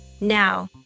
Now